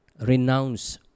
renounce